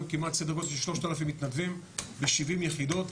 כמעט סדר גודל של 3,000 מתנדבים ב-70 יחידות,